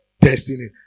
destiny